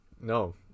No